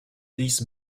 these